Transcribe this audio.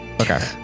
Okay